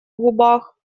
губах